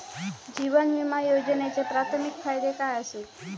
जीवन विमा योजनेचे प्राथमिक फायदे काय आसत?